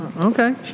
Okay